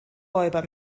räuber